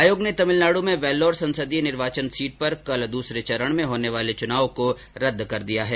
आयोग ने तमिलनाड् में वेल्लौर संसदीय निर्वाचन सीट पर कल द्सरे चरण में होने वाले चुनाव को रद्द कर दिया है